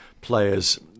players